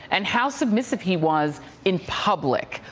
and how submissive he was in public.